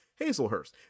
Hazelhurst